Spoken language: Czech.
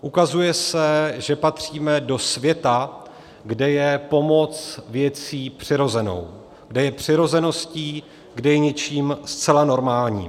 Ukazuje se, že patříme do světa, kde je pomoc věcí přirozenou, kde je přirozeností, kde je něčím zcela normálním.